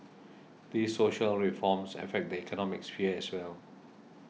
these social reforms affect the economic sphere as well